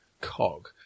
cog